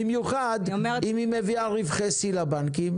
במיוחד אם היא מביאה רווחי שיא לבנקים,